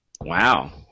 Wow